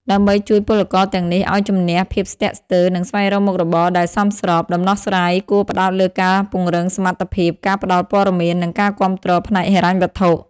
ដើម្បីជួយពលករទាំងនេះឱ្យជំនះភាពស្ទាក់ស្ទើរ និងស្វែងរកមុខរបរដែលសមស្រប ដំណោះស្រាយគួរផ្តោតលើការពង្រឹងសមត្ថភាព ការផ្តល់ព័ត៌មាន និងការគាំទ្រផ្នែកហិរញ្ញវត្ថុ។